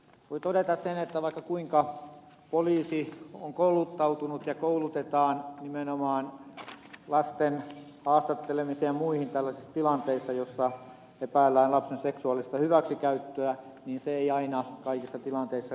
voin todeta sen että vaikka kuinka poliisi on kouluttautunut ja poliisia koulutetaan nimenomaan lasten haastattelemiseen ja muihin tällaisissa tilanteissa joissa epäillään lapsen seksuaalista hyväksikäyttöä niin se ei aina kaikissa tilanteissa riitä